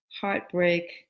heartbreak